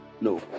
no